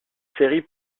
série